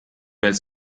bel